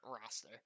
roster